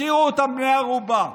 השאירו אותם בני ערובה.